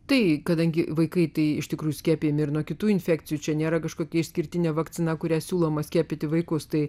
tai kadangi vaikai tai iš tikrųjų skiepijami ir nuo kitų infekcijų čia nėra kažkokia išskirtinė vakcina kuria siūloma skiepyti vaikus tai